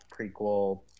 prequel